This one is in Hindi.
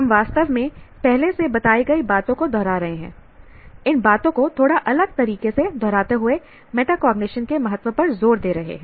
हम वास्तव में पहले से बताई गई बातों को दोहरा रहे हैं इन बातों को थोड़ा अलग तरीके से दोहराते हुए मेटाकाग्निशन के महत्व पर जोर दे रहे हैं